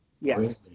Yes